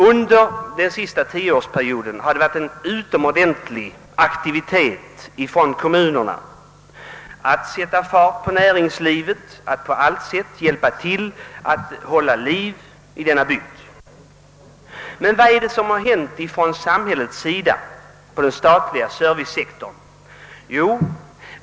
Under den senaste tioårsperioden har det rått en utomordentligt stor aktivitet inom kommunerna för att stimulera näringslivet och på allt sätt hjälpa till att hålla denna bygd levande. Men vad har gjorts inom den statliga servicesektorn?